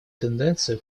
тенденцию